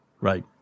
Right